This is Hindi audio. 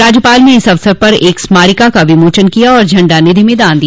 राज्यपाल ने इस अवसर पर एक स्मारिका का विमोचन किया तथा झंडा निधि में दान दिया